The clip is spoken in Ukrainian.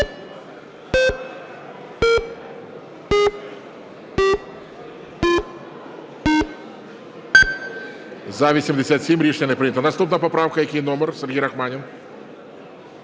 За-87 Рішення не прийнято. Наступна поправка, який номер? Сергій Рахманін.